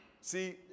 See